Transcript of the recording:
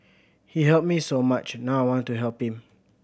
he helped me so much now I want to help him